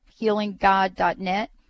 healinggod.net